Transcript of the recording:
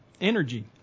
Energy